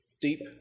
deep